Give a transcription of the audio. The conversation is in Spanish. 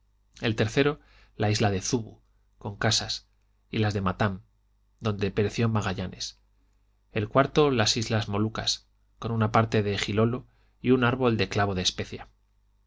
el tercero la isla de zubu con casas y la de matam donde pereció magallanes el cuarto las islas molucas con una parte de gilolo y un árbol de clavo de especia